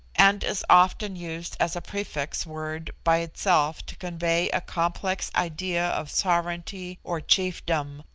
and is often used as a prefix word by itself to convey a complex idea of sovereignty or chiefdom,